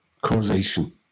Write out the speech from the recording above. causation